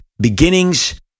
beginnings